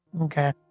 okay